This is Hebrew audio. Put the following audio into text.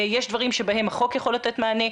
יש דברים שבהם החוק יכול לתת מענה,